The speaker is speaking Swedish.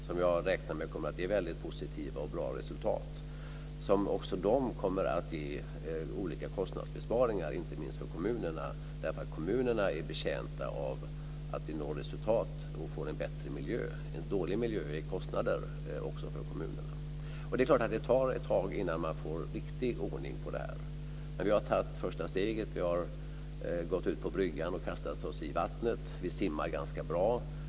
Jag räknar med att den kommer att ge väldigt positiva och bra resultat, som också kommer att ge olika kostnadsbesparingar - inte minst för kommunerna, för dessa är betjänta av att vi når resultat och får en bättre miljö. En dålig miljö ger kostnader också för kommunerna. Det är klart att det tar ett tag innan man får riktig ordning på detta. Men vi har tagit första steget. Vi har gått ut på bryggan och kastat oss i vattnet, och vi simmar ganska bra.